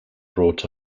brought